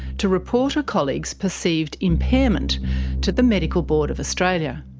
to report a colleague's perceived impairment to the medical board of australia.